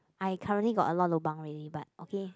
I currently got a lot of lobang already but okay